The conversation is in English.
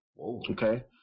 Okay